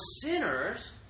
sinners